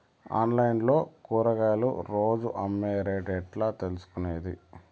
Online లో కూరగాయలు రోజు అమ్మే రేటు ఎట్లా తెలుసుకొనేది?